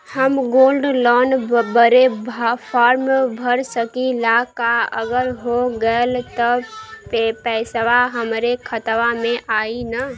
हम gold loan बड़े form भर सकी ला का अगर हो गैल त पेसवा हमरे खतवा में आई ना?